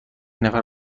نفر